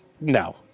No